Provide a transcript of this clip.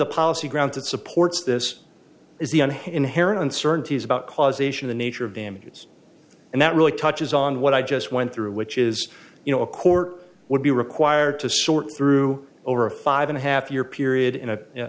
the policy grounds that supports this is the inherent uncertainties about causation the nature of damages and that really touches on what i just went through which is you know a court would be required to sort through over a five and a half year period in a